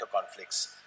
conflicts